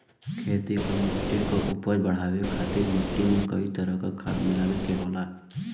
खेती क मट्टी क उपज बढ़ाये खातिर मट्टी में कई तरह क खाद मिलाये के होला